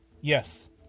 Yes